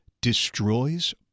destroys